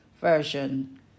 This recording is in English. Version